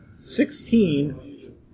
Sixteen